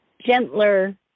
gentler